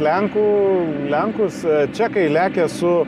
lenkų lenkus čekai lekia su